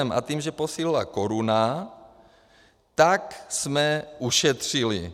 A tím, že posílila koruna, tak jsme ušetřili.